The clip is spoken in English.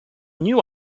new